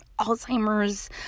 Alzheimer's